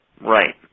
Right